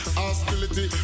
hostility